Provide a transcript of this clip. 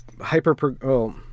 hyper